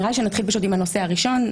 אני מציעה שנתחיל עם הנושא הראשון,